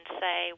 say